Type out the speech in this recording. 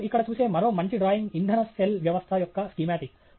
మీరు ఇక్కడ చూసే మరో మంచి డ్రాయింగ్ ఇంధన సెల్ వ్యవస్థ యొక్క స్కీమాటిక్